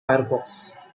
firefox